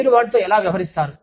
మీరు వాటితో ఎలా వ్యవహరిస్తారు